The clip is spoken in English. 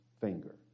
finger